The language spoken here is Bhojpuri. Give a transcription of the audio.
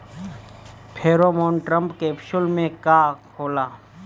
फेरोमोन ट्रैप कैप्सुल में का होला?